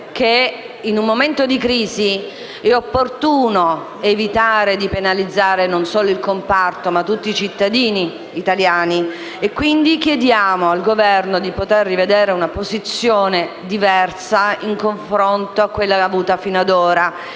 in un momento di crisi, è opportuno evitare di penalizzare non solo il comparto, ma tutti i cittadini italiani. Quindi, chiediamo al Governo di rivedere una posizione diversa in confronto a quella avuta finora